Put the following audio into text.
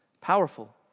powerful